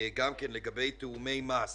יש עסקים שהתחילו גם בתחילת 2020,